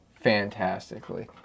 fantastically